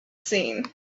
seen